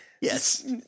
Yes